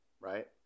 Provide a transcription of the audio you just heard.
right